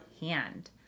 hand